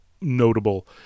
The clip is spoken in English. notable